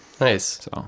Nice